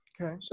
Okay